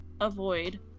avoid